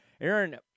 aaron